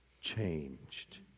changed